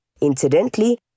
Incidentally